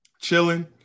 chilling